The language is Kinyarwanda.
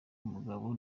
umugabo